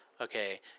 Okay